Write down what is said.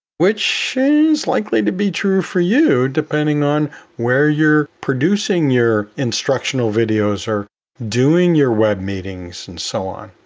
which is likely to be true for you depending on where you're producing your instructional videos or doing your web meetings and so on.